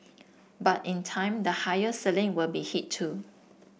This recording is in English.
but in time the higher ceiling will be hit too